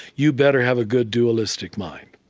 you better have a good dualistic mind.